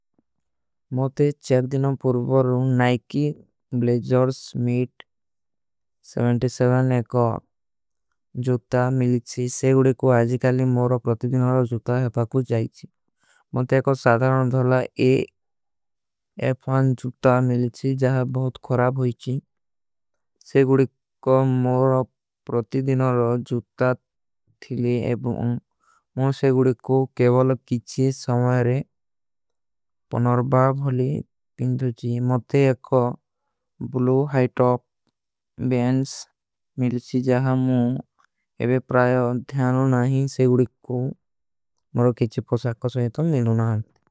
ମାତେ ଚେର ଦିନା ପରୂପର ନାଇକୀ ବ୍ଲେଜର ସ୍ମୀଟ ଏକ ଜୁଟ୍ଟା ମିଲ ଚୀ। ସେ ଗୁଡେ କୋ ହାଜିକାଲୀ ମୌର ପ୍ରତୀ ଦିନାର ଜୁଟ୍ଟା ହେପା କୁଛ ଜାଈଚୀ। ମାତେ ଏକ ସାଧାରନ ଧଲା ଏଫାନ ଜୁଟ୍ଟା ମିଲ। ଚୀ ଜାହେ ବହୁତ ଖରାବ ହୋଈଚୀ ସେ ଗୁଡେ କୋ। ହାଜିକାଲୀ ମୌର ପ୍ରତୀ ଦିନାର ଜୁଟ୍ଟା ହେପା କୁଛ ଜାଈଚୀ ମାତେ ଏକ। ସାଧାରନ ଧଲା ଏଫାନ ଜୁଟ୍ଟା ହେପା କୁଛ ଜାଈଚୀ। ମାତେ ଏକ ସାଧାରନ ଧଲା ଏଫାନ ଜୁଟ୍ଟା ହେପା କୁଛ ଜାଈଚୀ।